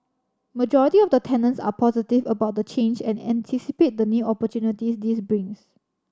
majority of the tenants are positive about the change and anticipate the new opportunities this brings